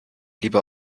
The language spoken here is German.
lieber